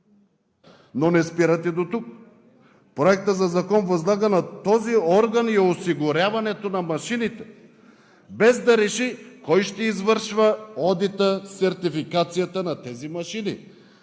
Но не спирате дотук. Проекта за закон възлага на този орган и осигуряването на машините, без да реши кой ще извършва одита, сертификацията на тези машини,